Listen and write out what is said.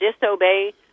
disobey